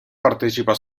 partecipa